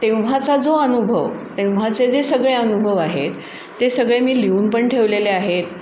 तेव्हाचा जो अनुभव तेव्हाचे जे सगळे अनुभव आहेत ते सगळे मी लिहून पण ठेवलेले आहेत